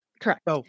Correct